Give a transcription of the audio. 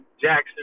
Jackson